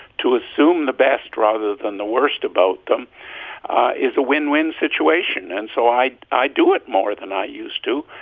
to assume the best rather than the worst about them is a win-win situation. and so i i do it more than i used to.